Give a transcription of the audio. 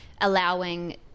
allowing